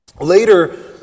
Later